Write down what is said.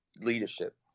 leadership